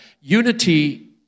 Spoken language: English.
Unity